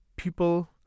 people